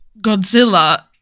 Godzilla